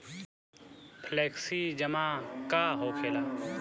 Flexi जमा का होखेला?